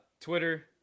Twitter